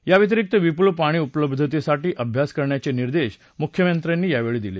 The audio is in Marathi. या व्यतिरिक्त विपूल पाणी उपलब्धतेसाठी अभ्यास करण्याचे निर्देश मुख्यमंत्र्यांनी दिले